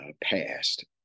passed